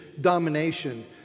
domination